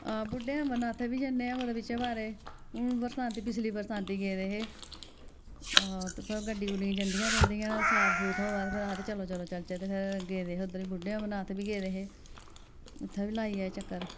आं बुड्डे अमरनाथें बी जन्ने आं कुदै बिचें बारें हून बरंसाती पिछली बरसांती गेदे हे ते पर गड्डियां गुड्डियां जंदियां गै रौहंदियां न साथ सूथ होऐ ते फिर आखदे चलो चलचै ते फिर गेदे हे उद्धर बुड्डे अमरनाथ बी गेदे हे उ'त्थें बी लाई आये चक्कर